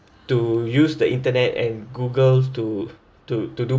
to use the internet and googles to to to do